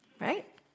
right